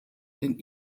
den